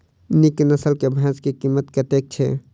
नीक नस्ल केँ भैंस केँ कीमत कतेक छै?